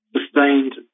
sustained